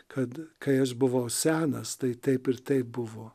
kad kai aš buvau senas tai taip ir taip buvo